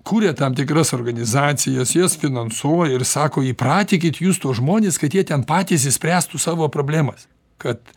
kuria tam tikras organizacijas jas finansuoja ir sako įpratykit jūs tuos žmones kad jie ten patys išspręstų savo problemas kad